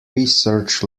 research